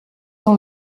dans